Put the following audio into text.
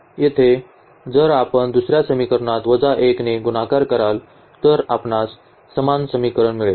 येथे जर आपण दुसर्या समीकरणात वजा 1 ने गुणाकार कराल तर आपणास समान समीकरण मिळेल